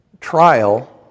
trial